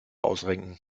ausrenken